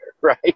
right